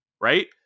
right